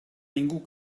ningú